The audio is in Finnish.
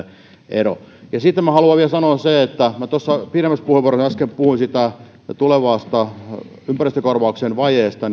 ero sitten haluan vielä sanoa tuossa pidemmässä puheenvuorossa äsken puhuin tulevasta ympäristökorvauksen vajeesta